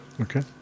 Okay